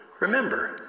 Remember